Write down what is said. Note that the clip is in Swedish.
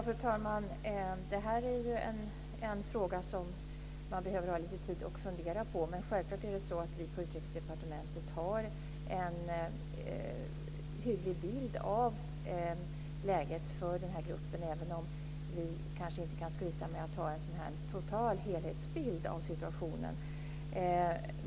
Fru talman! Det här är en fråga som man behöver ha lite tid att fundera på. Självklart har vi på Utrikesdepartementet en hygglig bild av läget för den här gruppen, även om vi kanske inte kan skryta med att ha någon helhetsbild av situationen.